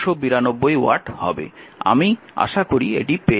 তাই আমি আশা করি এটি পেয়েছি